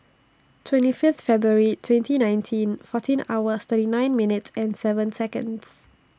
twenty Fifth February twenty nineteen fourteen hours thirty nine minutes and seven Seconds